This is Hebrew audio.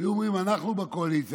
והיו אומרים: אנחנו בקואליציה,